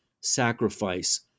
sacrifice